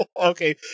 Okay